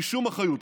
בלי שום אחריות.